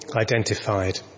identified